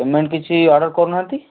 payment କିଛି order କରୁ ନାହାନ୍ତି